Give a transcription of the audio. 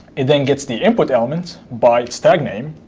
it then gets the input element by its tag name,